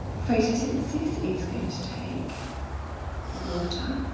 photosynthesis is going to take water,